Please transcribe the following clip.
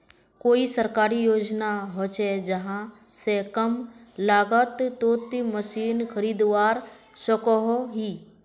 कोई सरकारी योजना होचे जहा से कम लागत तोत मशीन खरीदवार सकोहो ही?